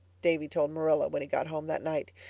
davy told marilla when he got home that night.